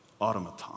automaton